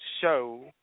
show